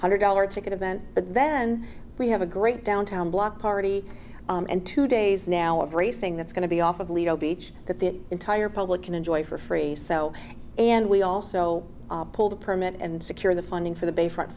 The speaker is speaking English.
hundred dollar ticket event but then we have a great downtown block party and two days now of racing that's going to be off of lido beach that the entire public can enjoy for free so and we also pulled a permit and secure the funding for the bayfront